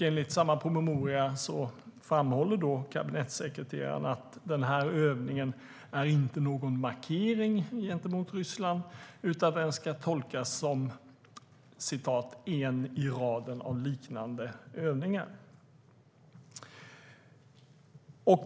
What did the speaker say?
Enligt samma promemoria framhåller kabinettssekreteraren att övningen inte är någon markering gentemot Ryssland utan att den ska tolkas som en i raden av liknande övningar.